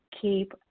Keep